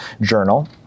journal